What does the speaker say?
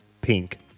Pink